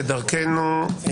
כדרכנו,